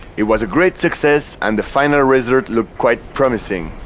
it was a great success and the final result looked quite promising.